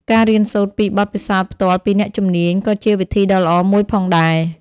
ការរៀនសូត្រពីបទពិសោធន៍ផ្ទាល់ពីអ្នកជំនាញក៏ជាវិធីដ៏ល្អមួយផងដែរ។